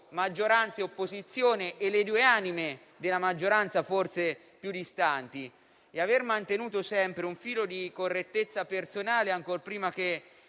maggioranza e opposizione, che includeva le due anime della maggioranza forse più distanti. Aver mantenuto sempre un filo di correttezza personale ancor prima che